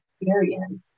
experience